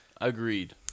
Agreed